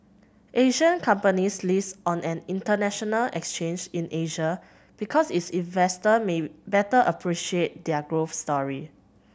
Asian companies list on an international exchange in Asia because its investor may better appreciate their growth story